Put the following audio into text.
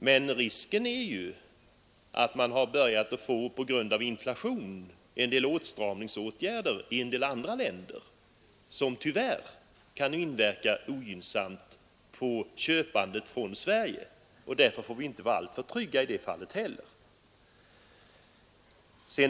Men på grund av inflation har en del andra länder börjat vidta åtstramningsåtgärder som tyvärr kan inverka ogynnsamt på köpandet från Sverige. Därför får vi inte vara alltför trygga på den punkten heller.